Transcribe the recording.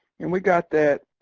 and we got that,